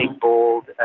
bold